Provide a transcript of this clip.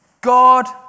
God